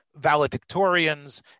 valedictorians